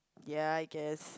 ya I guess